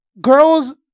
Girls